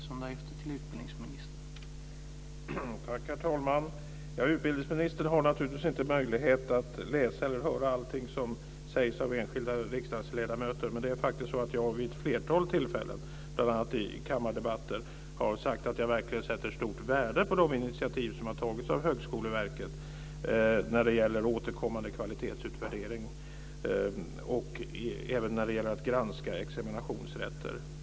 Herr talman! Utbildningsministern har naturligtvis inte möjlighet att ta del av och höra allting som sägs av enskilda riksdagsledamöter, men jag har faktiskt vid ett flertal tillfällen - bl.a. i kammardebatter - sagt att jag verkligen sätter stort värde på de initiativ som har tagits av Högskoleverket när det gäller återkommande kvalitetsutvärdering och granskning av examinationsrätter.